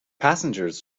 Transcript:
passengers